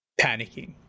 panicking